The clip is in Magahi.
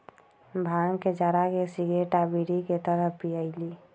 भांग के जरा के सिगरेट आ बीड़ी के तरह पिअईली